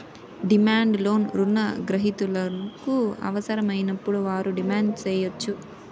demand loan రుణ గ్రహీతలకు అవసరమైనప్పుడు వారు డిమాండ్ సేయచ్చు